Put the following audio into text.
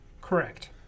Correct